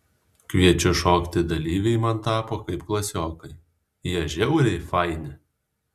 kviečiu šokti dalyviai man tapo kaip klasiokai jie žiauriai faini